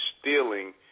stealing